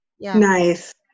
Nice